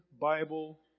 Bible